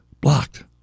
Blocked